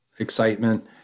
excitement